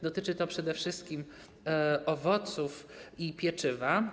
Dotyczy to przede wszystkim owoców i pieczywa.